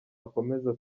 akomeza